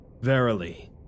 Verily